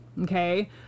okay